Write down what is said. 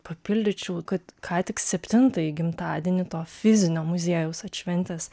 papildyčiau kad ką tik septintąjį gimtadienį to fizinio muziejaus atšventęs